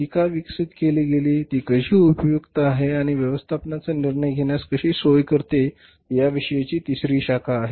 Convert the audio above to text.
ती का विकसित केली गेली ती कशी उपयुक्त आहे आणि व्यवस्थापनाचा निर्णय घेण्यास कशी सोय करते याविषयीची तिसरी शाखा आहे